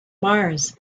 mars